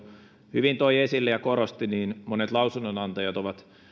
hyvin toi esille ja korosti monet lausunnonantajat ovat